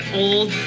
old